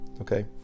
okay